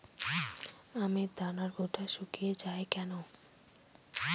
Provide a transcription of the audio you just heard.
আমের দানার বোঁটা শুকিয়ে য়ায় কেন?